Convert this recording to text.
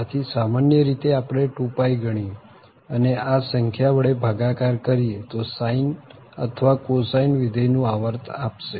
આથી સામાન્ય રીતે આપણે 2π ગણીએ અને આ સંખ્યા વડે ભાગાકાર કરીએ તો sine અથવા cosine વિધેય નું આવર્ત આપશે